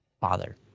father